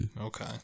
Okay